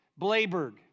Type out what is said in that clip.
Blayberg